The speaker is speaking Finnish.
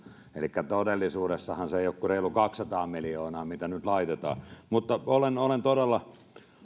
elikkä todellisuudessahan se ei ole kuin reilu kaksisataa miljoonaa mitä nyt laitetaan mutta olen automiehenä todella